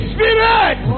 Spirit